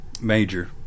Major